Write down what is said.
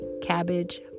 cabbage